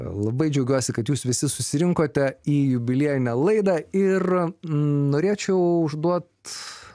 labai džiaugiuosi kad jūs visi susirinkote į jubiliejinę laidą ir norėčiau užduot